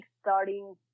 starting